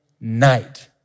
night